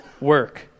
work